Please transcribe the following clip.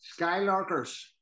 skylarkers